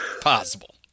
possible